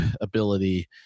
ability